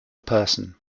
person